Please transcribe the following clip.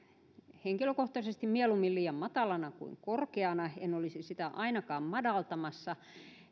henkilökohtaisesti mieluummin liian matalana kuin korkeana en olisi sitä ainakaan madaltamassa